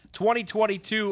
2022